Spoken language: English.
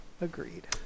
Agreed